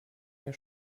der